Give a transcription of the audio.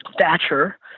Thatcher